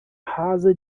rasa